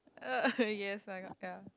uh yes I got ya